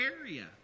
area